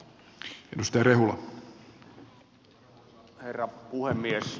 arvoisa herra puhemies